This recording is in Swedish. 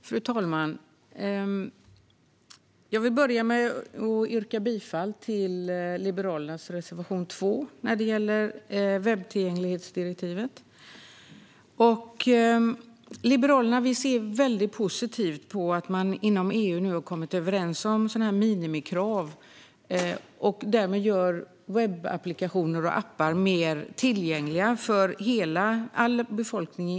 Fru talman! Jag vill börja med att yrka bifall till Liberalernas reservation 2 gällande webbtillgänglighetsdirektivet. Vi i Liberalerna ser väldigt positivt på att man inom EU nu har kommit överens om minimikrav och därmed gör webbapplikationer och appar mer tillgängliga för hela EU:s befolkning.